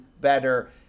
better